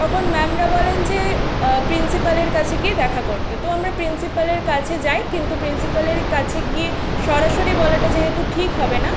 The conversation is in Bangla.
তখন ম্যামরা বলেন যে প্রিন্সিপালের কাছে গিয়ে দেখা করতে তো আমরা প্রিন্সিপালের কাছে যাই কিন্তু প্রিন্সিপালের কাছে গিয়ে সরাসরি বলাটা যেহেতু ঠিক হবে না